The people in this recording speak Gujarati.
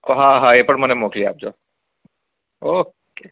હા હા એ પણ મને મોકલી આપજો ઓકે